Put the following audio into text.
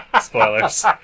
Spoilers